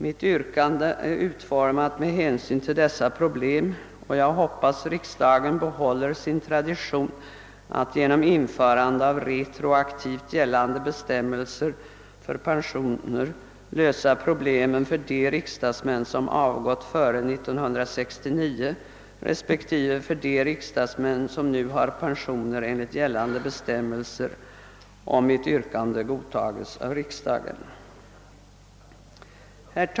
Mitt yrkande är utformat med hänsyn till dessa problem, och jag hoppas riksdagen behåller sin tradition att genom införande av retroaktivt gällande bestämmelser för pensioner lösa problemen för de riksdagsmän som avgått före 1969, respektive för de riksdagsmän som nu uppbär pensioner enligt nu gällande regler, om mitt yrkande godtages av riksdagen.